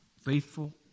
faithful